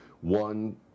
one